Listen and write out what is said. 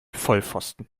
vollpfosten